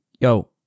Yo